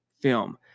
film